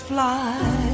fly